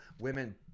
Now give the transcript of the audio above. women